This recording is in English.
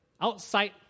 Outside